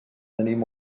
tenim